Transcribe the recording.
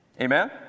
Amen